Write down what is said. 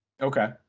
Okay